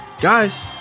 guys